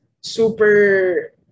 super